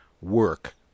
work